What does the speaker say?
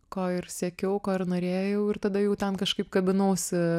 ko ir siekiau ko ir norėjau ir tada jau ten kažkaip kabinausi